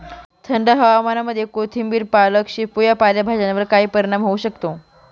थंड हवामानामध्ये कोथिंबिर, पालक, शेपू या पालेभाज्यांवर काय परिणाम होऊ शकतो?